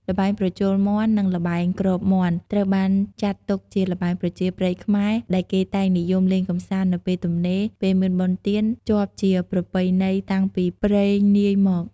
ល្បែងប្រជល់មាន់ និងល្បែងគ្របមាន់ ត្រូវបានចាត់ទុកជាល្បែងប្រជាប្រិយខ្មែរ ដែលគេតែងនិយមលេងកម្សាន្តនៅពេលទំនេរ ពេលមានបុណ្យទាន ជាប់ជាប្រពៃណីតាំងពីព្រេងនាយមក ។